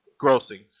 grossing